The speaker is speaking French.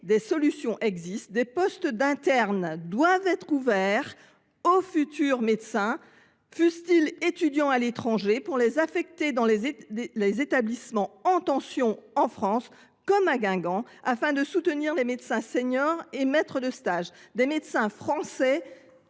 Des solutions existent : des postes d’internes doivent être ouverts aux futurs médecins, fussent ils étudiants à l’étranger, afin qu’ils soient affectés en France dans les établissements en tension, comme à Guingamp, pour y soutenir les médecins seniors et maîtres de stage. Des médecins français